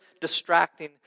distracting